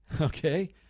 Okay